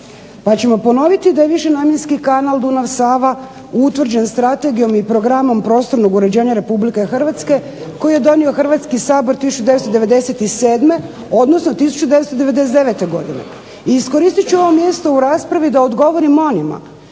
Pa ćemo ponoviti da je višenamjenski kanal Dunav-Sava utvrđen strategijom i Programom prostornog uređenja RH koji je donio Hrvatski sabor 1997., odnosno 1999. godine. I iskoristiti ću ovo mjesto u raspravi da odgovorim onima